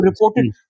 reported